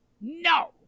No